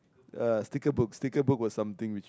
uh sticker books sticker book was something which